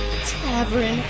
Tavern